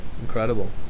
Incredible